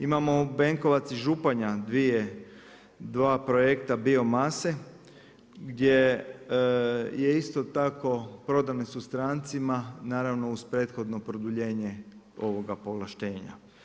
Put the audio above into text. Imamo Benkovac i Županja dva projekta biomase gdje je isto tako prodane su strancima, naravno uz prethodno produljenje ovoga povlaštenja.